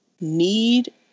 need